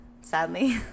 sadly